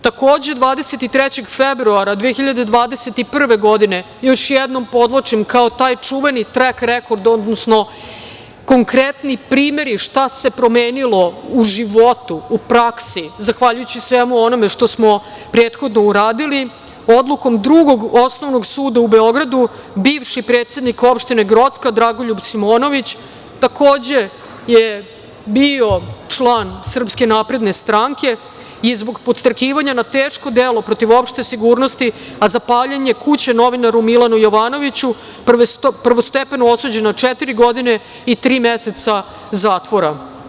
Takođe, 23. februara 2021. godine, još jednom podvlačim, kao taj čuveni „trek rekord“ odnosno konkretni primeri šta se promenilo u životu u praksi zahvaljujući svemu onome što smo prethodno uradili, odlukom Drugog osnovnog suda u Beogradu, bivši predsednik opštine Grocka, Dragoljub Simonović takođe je bio član SNS i zbog podstrekivanja na teško delo protiv opšte sigurnosti, a za paljenje kuće novinaru Milanu Jovanoviću, prvostepeno osuđen na četiri godine i tri meseca zatvora.